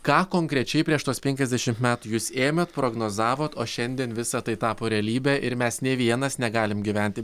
ką konkrečiai prieš tuos penkiasdešimt metų jūs ėmėt prognozavot o šiandien visa tai tapo realybe ir mes nė vienas negalim gyventi